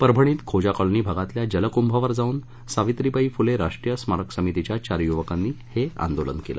परभणीत खोजा कॉलनी भागातल्या जलकुभावर जाऊन सावित्रीबाई फुले राष्ट्रीय स्मारक समितीच्या चार युवकांनी हे आंदोलन केलं